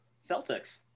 Celtics